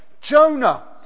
Jonah